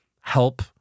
help